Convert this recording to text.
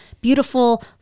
beautiful